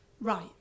Right